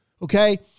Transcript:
Okay